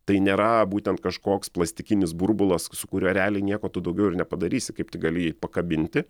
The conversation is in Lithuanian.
tai nėra būtent kažkoks plastikinis burbulas su kuriuo realiai nieko tu daugiau ir nepadarysi kaip gali jį pakabinti